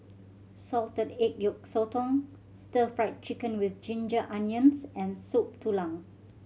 salted egg yolk sotong Stir Fried Chicken With Ginger Onions and Soup Tulang